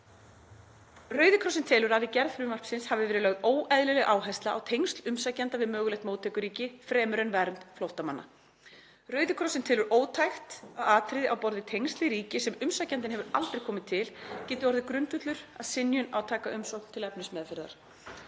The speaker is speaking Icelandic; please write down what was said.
Rauði krossinn telur að við gerð frumvarpsins hafi verið lögð óeðlileg áhersla á tengsl umsækjenda við mögulegt móttökuríki fremur en vernd flóttamanna. Rauði krossinn telur ótækt að atriði á borð við tengsl við ríki sem umsækjandinn hefur aldrei komið til geti orðið grundvöllur að synjun á að taka umsókn til efnismeðferðar.“